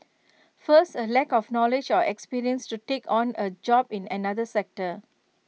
first A lack of knowledge or experience to take on A job in another sector